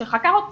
כשהוא חקר אותי,